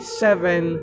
seven